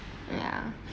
ya